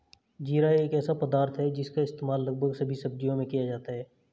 जीरा एक ऐसा पदार्थ है जिसका इस्तेमाल लगभग सभी सब्जियों में किया जाता है